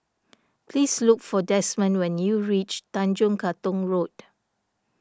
please look for Desmond when you reach Tanjong Katong Road